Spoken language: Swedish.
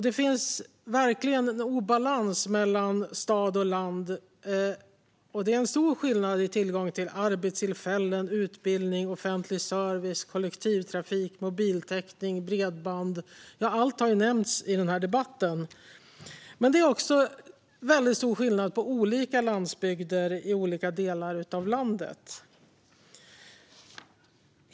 Det finns verkligen en obalans mellan stad och land, och det är en stor skillnad i tillgång till arbetstillfällen, utbildning, offentlig service, kollektivtrafik, mobiltäckning och bredband. Ja, allt har nämnts i denna debatt. Men det är också stor skillnad mellan olika landsbygder i olika delar av landet.